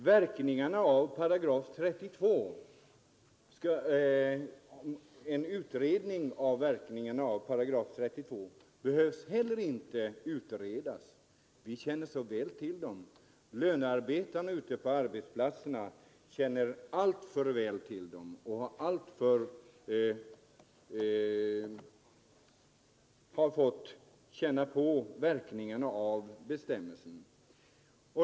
Verkningarna av § 32 behöver heller inte utredas vi känner såväl till dem. Lönearbetarna ute på arbetsplatserna har fått känna på verkningarna av bestämmelsen.